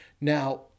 Now